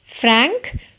frank